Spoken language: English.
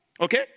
Okay